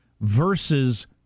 versus